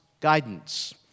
guidance